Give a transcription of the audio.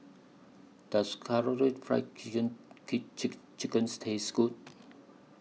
Does Karaage Fried Chicken Chicken Taste Good